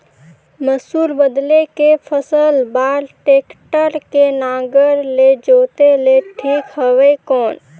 मसूर बदले के फसल बार टेक्टर के नागर ले जोते ले ठीक हवय कौन?